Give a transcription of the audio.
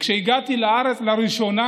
וכשאני מגיע לארץ לראשונה